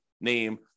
name